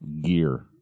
Gear